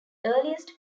earliest